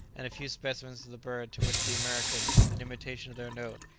and a few specimens of the bird to which the americans, in imitation of their note,